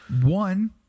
One